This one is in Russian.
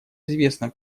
известно